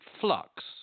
flux